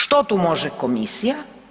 Što tu može komisija?